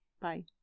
Bye